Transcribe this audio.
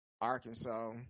Arkansas